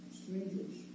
strangers